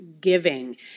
giving